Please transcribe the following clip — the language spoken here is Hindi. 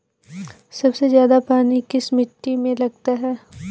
सबसे ज्यादा पानी किस मिट्टी में लगता है?